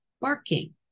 barking